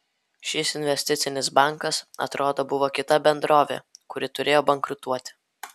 šis investicinis bankas atrodo buvo kita bendrovė kuri turėjo bankrutuoti